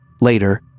later